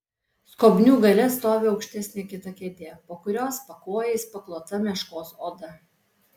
skobnių gale stovi aukštesnė kita kėdė po kurios pakojais paklota meškos oda